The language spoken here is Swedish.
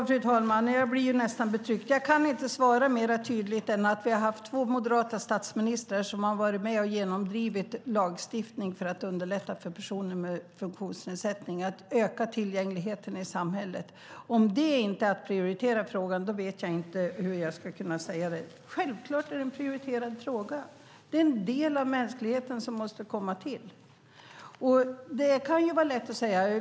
Fru talman! Jag blir nästan betryckt. Jag kan inte svara mer tydligt än att vi har haft två moderata statsministrar som har varit med och genomdrivit lagstiftning för att underlätta för personer med funktionsnedsättning och öka tillgängligheten i samhället. Om det inte är att prioritera frågan vet jag inte hur jag ska kunna säga det. Självklart är det en prioriterad fråga! Det är en del av mänskligheten som måste komma till. Det kan vara lätt att säga.